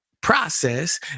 process